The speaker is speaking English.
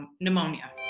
pneumonia